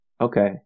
okay